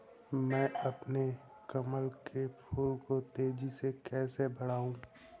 मैं अपने कमल के फूल को तेजी से कैसे बढाऊं?